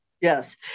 yes